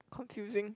confusing